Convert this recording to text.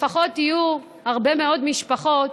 לפחות יהיו הרבה מאוד משפחות